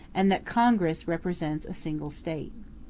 and that congress represents a single state.